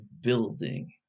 building